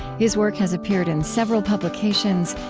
his work has appeared in several publications,